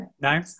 No